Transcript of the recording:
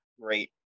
great